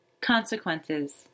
Consequences